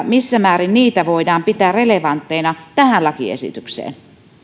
missä määrin niitä voidaan pitää relevantteina tähän lakiesitykseen